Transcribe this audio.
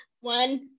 One